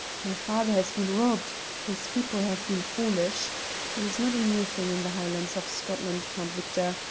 my father has been robbed his people have been foolish it is not a new thing in the highlands of scotland, count victor.